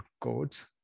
codes